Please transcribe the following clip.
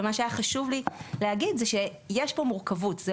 מה שהיה חשוב לי להגיד זה שיש פה מורכבות; זה